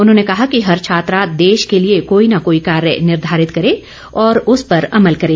उन्होंने कहा कि हर छात्रा देश को लिए कोई न कोई कार्य देश के लिए निर्धारित करे और उस पर अमल करे